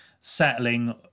settling